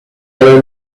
learned